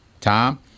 Tom